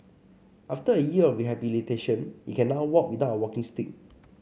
after a year of rehabilitation he can now walk without a walking stick